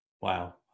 Wow